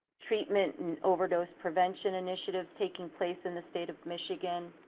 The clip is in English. treatment and overdose prevention initiative taking place in the state of michigan,